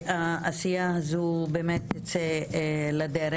שהעשייה הזו באמת תצא לדרך.